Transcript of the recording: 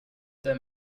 their